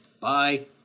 Bye